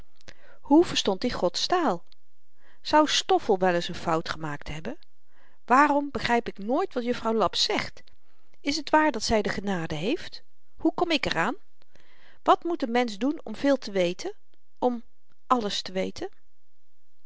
hoe verstond i gods taal zou stoffel wel eens n fout gemaakt hebben waarom begryp ik nooit wat juffrouw laps zegt is t waar dat zy de genade heeft hoe kom ik er aan wat moet n mensch doen om veel te weten om alles te weten